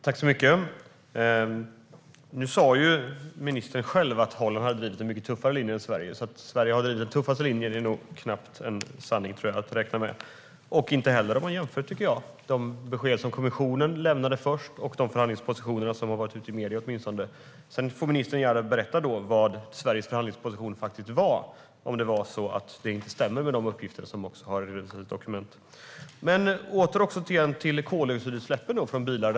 Herr talman! Nu sa ministern själv att Holland har drivit en mycket tuffare linje än Sverige, så att Sverige har drivit den tuffaste linjen är knappast en sanning att räkna med. Det är det inte heller om man jämför de besked som kommissionen lämnade med förhandlingspositionerna, åtminstone de som har varit ute i medierna. Ministern får gärna berätta vad Sveriges förhandlingsposition faktiskt var om den inte överensstämmer med uppgifter och dokument. Åter till koldioxidutsläppen från bilar.